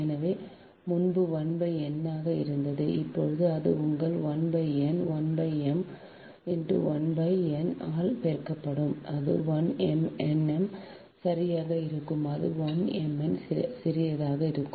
எனவே முன்பு 1 n ஆக இருந்தது இப்போது அது உங்கள் 1 n × 1 m × 1 n ஆல் பெருக்கப்படும் அது 1 nm சரியாக இருக்கும் அது 1 mn சிறிதாக இருக்கும்